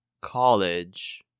college